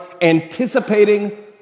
anticipating